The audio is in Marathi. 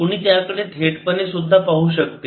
कुणी त्याकडे थेटपणे सुद्धा पाहू शकते